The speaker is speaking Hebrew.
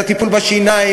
בשאלה.